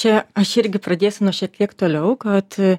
čia aš irgi pradėsiu nuo šiek tiek toliau kad